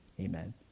amen